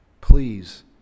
please